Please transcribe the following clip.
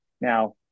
Now